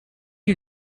you